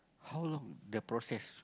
how long the process